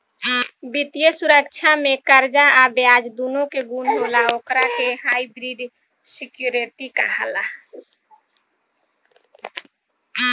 वित्तीय सुरक्षा में कर्जा आ ब्याज दूनो के गुण होला ओकरा के हाइब्रिड सिक्योरिटी कहाला